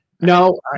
No